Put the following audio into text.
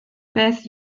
beth